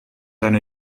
deine